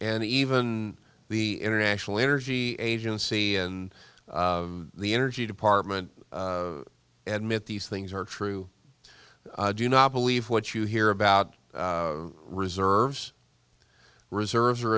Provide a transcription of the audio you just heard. and even the international energy agency and the energy department and mit these things are true do not believe what you hear about reserves reserves or